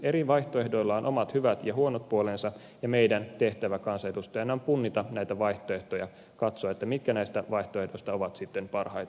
eri vaihtoehdoilla on omat hyvät ja huonot puolensa ja meidän tehtävämme kansanedustajina on punnita näitä vaihtoehtoja katsoa mitkä näistä vaihtoehdoista ovat sitten parhaita